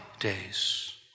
days